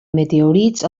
meteorits